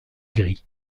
gris